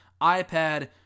iPad